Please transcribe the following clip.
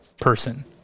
person